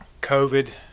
COVID